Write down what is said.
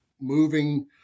moving